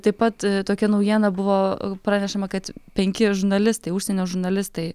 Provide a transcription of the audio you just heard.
taip pat tokia naujiena buvo pranešama kad penki žurnalistai užsienio žurnalistai